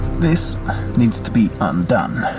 this needs to be undone.